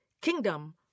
kingdom